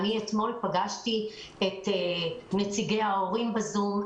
את נציגי ההורים ב"זום".